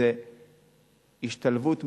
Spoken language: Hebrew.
זו השתלבות מדהימה,